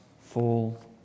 fall